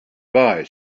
bye